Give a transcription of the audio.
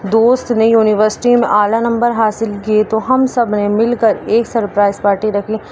دوست نے یونیورسٹی میں اعلیٰ نمبر حاصل کیے تو ہم سب نے مل کر ایک سرپرائز پارٹی رکھ لی